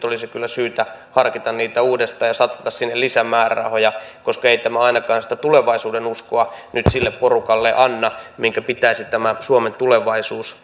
olisi kyllä syytä harkita uudestaan ja satsata sinne lisämäärärahoja koska ei tämä ainakaan sitä tulevaisuudenuskoa nyt sille porukalle anna minkä pitäisi tämä suomen tulevaisuus